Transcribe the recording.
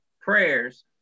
prayers